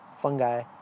fungi